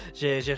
j'ai